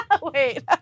Wait